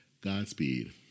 Godspeed